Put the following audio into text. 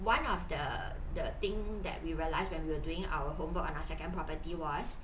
one of the the thing that we realise when we were doing our homework on our second property was